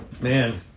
man